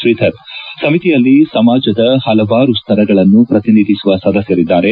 ಶ್ರೀಧರ್ ಸಮಿತಿಯಲ್ಲಿ ಸಮಾಜದ ಹಲವಾರು ಸರಗಳನ್ನು ಪ್ರತಿನಿಧಿಸುವ ಸದಸ್ಯರಿದ್ದಾರೆ